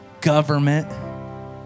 government